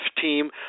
team